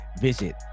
Visit